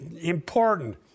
important